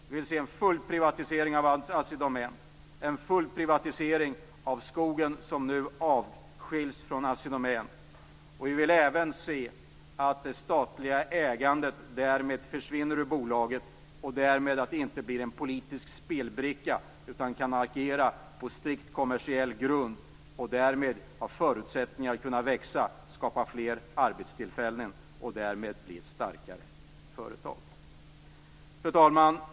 Vi vill se en full privatisering av Assi Domän - en full privatisering av skogen, som nu avskiljs från Assi Domän. Vi vill även se att det statliga ägandet försvinner ur bolaget. På så sätt blir det ingen politisk spelbricka, utan kan agera på strikt kommersiell grund. Därmed har Assi Domän förutsättningar att växa, skapa fler arbetstillfällen och bli ett starkare företag. Fru talman!